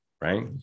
right